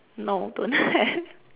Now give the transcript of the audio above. no don't have